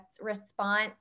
response